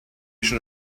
schon